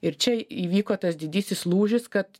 ir čia įvyko tas didysis lūžis kad